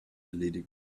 erledigen